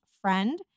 friend